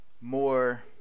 more